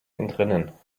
entrinnen